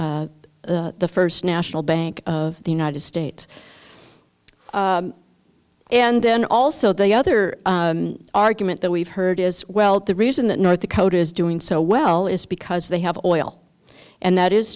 establishing the first national bank of the united states and then also the other argument that we've heard is well the reason that north dakota is doing so well is because they have all and that is